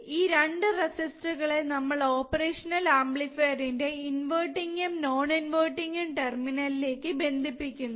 ഈ രണ്ട് റെസിസ്റ്റർ കളെ നമ്മൾ ഓപ്പറേഷണൽ ആംപ്ലിഫയർന്റെ ഇൻവെർട്ടിങ് ഉം നോൺ ഇൻവെർട്ടിങ് ഉം ടെർമിനലുകളിലേക് ബന്ധിപ്പിക്കുന്നു